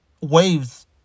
waves